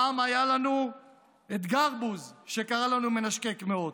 פעם היה לנו גרבוז שקרא לנו מנשקי קמעות,